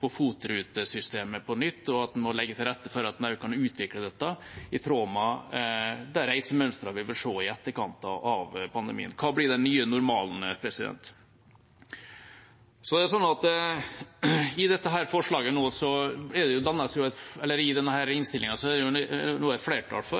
på FOT-rutesystemet på nytt, og at vi må legge til rette for at man også kan utvikle dette i tråd med de reisemønstrene vi vil se i etterkant av pandemien. Hva blir den nye normalen? I denne innstillinga – der det i forbindelse med regionreformen og tidligere har vært flertall for å overføre ansvaret for FOT-rutene til fylkeskommunene – er det nå, i og med at Fremskrittspartiet har snudd i denne saken,